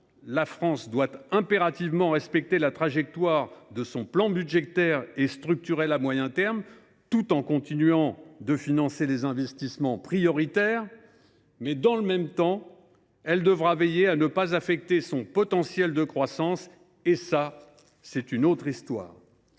la France devra impérativement respecter la trajectoire de son plan budgétaire et structurel à moyen terme, tout en continuant de financer les investissements prioritaires, mais elle devra, dans le même temps, veiller à ne pas affecter son potentiel de croissance. Et ça, c’est une autre histoire